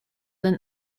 than